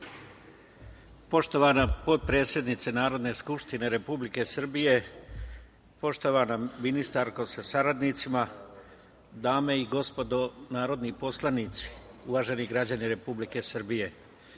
Poštovana potpredsednice Narodne skupštine Republike Srbije, poštovana ministarko sa saradnicima, dame i gospodo narodni poslanici, uvaženi građani Republike Srbije,